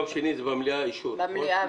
ביום שני זה האישור במליאה.